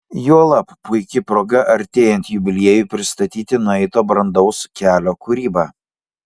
juolab puiki proga artėjant jubiliejui pristatyti nueito brandaus kelio kūrybą